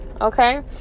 okay